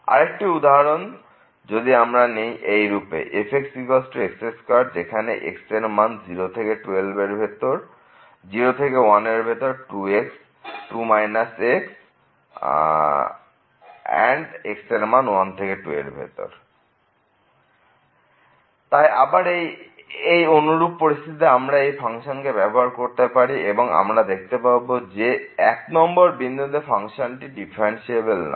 আরেকটি উদাহরণ যদি আমরা নেই এইরূপে fxx 0≤x≤1 2 x 1x≤2 তাই আবার এই অনুরূপ পরিস্থিতিতে আমরা এই ফাংশনকে ব্যবহার করতে পারি এবং আমরা দেখতে পাব যে এক নম্বর বিন্দুতে ফাংশনটি ডিফারেন্সিএবেল নয়